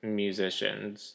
musicians